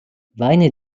weine